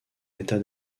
état